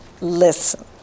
listen